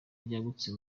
ryagutse